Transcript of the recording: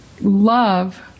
love